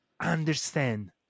understand